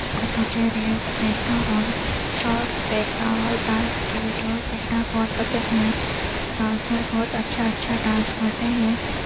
اور مجھے ریلس دیکھنا اور شارٹس دیکھنا اور ڈانس کی ویڈیوز دیکھنا بہت پسند ہیں ڈانسر بہت اچھا اچھا ڈانس کرتے ہیں